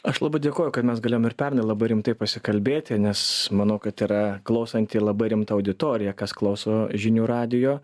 aš labai dėkoju kad mes galėjom ir pernai labai rimtai pasikalbėti nes manau kad yra klausanti labai rimta auditorija kas klauso žinių radijo